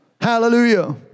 Hallelujah